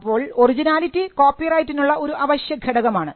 അപ്പോൾ ഒറിജിനാലിറ്റി കോപ്പിറൈറ്റിനുള്ള ഒരു അവശ്യഘടകമാണ്